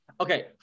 Okay